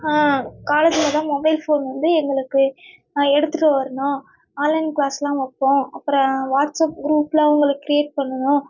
காலேஜில் தான் mobile phone வந்து எங்களுக்கு எடுத்துகிட்டு வரணும் ஆன்லைன் கிளாஸெலாம் வைப்போம் அப்புறோம் வாட்ஸ்அப் குரூப்பெலாம் உங்களுக்கு கிரியேட் பண்ணுவோம்